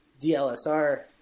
DLSR